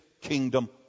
kingdom